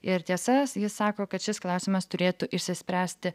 ir tiesas jis sako kad šis klausimas turėtų išsispręsti